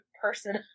person